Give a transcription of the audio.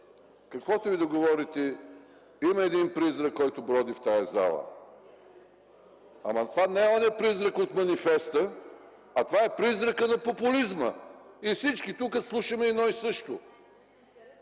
Каквото и да говорите, има един призрак, който броди в тази зала. Ама това не е онзи призрак от манифеста, а е призракът на популизма. Всички тук слушаме едно и също